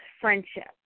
friendship